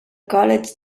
college